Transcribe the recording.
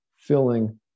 filling